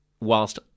whilst